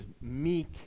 meek